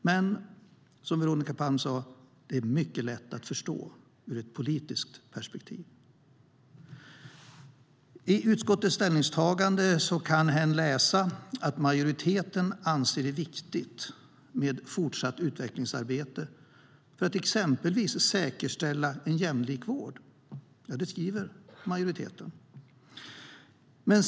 Men som Veronica Palm sa är det mycket lätt att förstå ur ett politiskt perspektiv.I utskottets ställningstagande kan man läsa att majoriteten anser det vara viktigt med ett fortsatt utvecklingsarbete för att exempelvis "säkerställa jämlik vård". Det skriver majoriteten.